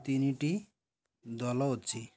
ତିନିଟି ଦଳ ଅଛି